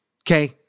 okay